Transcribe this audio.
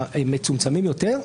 המצומצמים יותר,